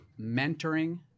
mentoring